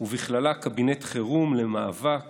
ובכללה קבינט חירום למאבק